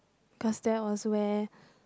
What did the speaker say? cause that was where